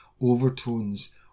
overtones